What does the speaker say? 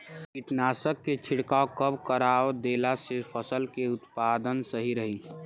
कीटनाशक के छिड़काव कब करवा देला से फसल के उत्पादन सही रही?